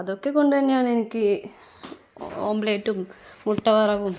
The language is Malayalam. അതൊക്കെ കൊണ്ടുതന്നെയാണ് എനിക്ക് ഓംലെറ്റും മുട്ട വറവും